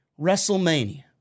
WrestleMania